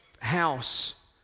house